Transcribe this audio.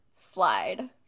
slide